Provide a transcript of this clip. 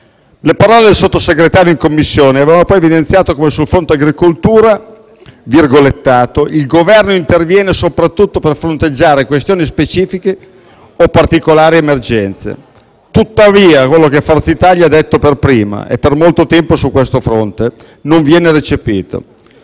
Le parole del Sottosegretario in Commissione avevano, poi, evidenziato come sul fronte agricoltura - cito testualmente - «il Governo interviene soprattutto per fronteggiare questioni specifiche o particolari emergenze». Tuttavia, quello che Forza Italia ha detto per prima e per molto tempo su questo fronte, non viene recepito.